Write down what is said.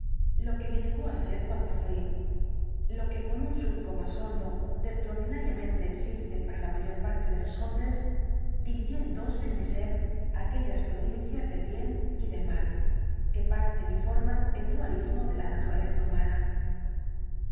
lo que me llevó á ser cuanto fui lo que con un surco más hondo del que ordinariamente existe para la mayor parte de los hombres dividió en dos en mi ser aquellas provincias del bien y del mal que parten y forman el dualismo de la naturaleza humana